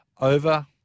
over